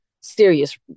serious